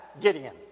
Gideon